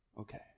Okay